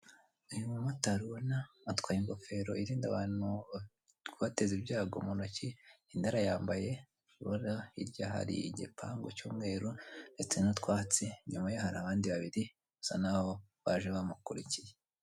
Uyu mumotari ubona atwaye ingofero irinda abantu kubateza ibyago mu ntoki undi arayambaye urikubona hirya hari igipangu cy'umweru ndetse n'utwatsi, inyuma ye hari abandi babiri basa naho baje bamukurikiye.